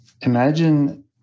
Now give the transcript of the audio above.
Imagine